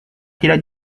tidak